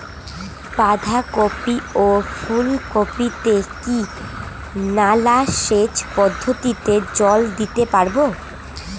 বাধা কপি ও ফুল কপি তে কি নালা সেচ পদ্ধতিতে জল দিতে পারবো?